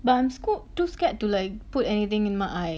but I'm sco~ too scared to like put anything in my eye